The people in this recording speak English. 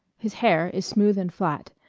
his hair is smooth and flat,